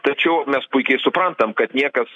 tačiau mes puikiai suprantam kad niekas